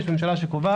יש פה ממשלה שקובעת,